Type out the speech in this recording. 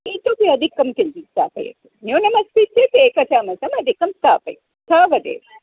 इतोपि अधिकं किञ्चित् स्थापयतु न्यूनमस्ति चेत् एकचमसम् अधिकं स्थापयतु तावदेव